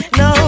no